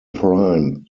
prime